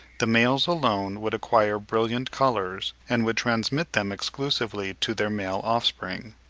the males alone would acquire brilliant colours and would transmit them exclusively to their male offspring.